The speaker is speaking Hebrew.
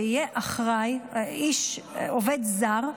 עובד זר,